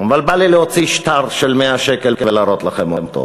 אבל בא לי להוציא שטר של 100 שקל ולהראות לכם אותו.